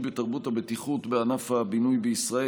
בתרבות הבטיחות בענף הבינוי בישראל.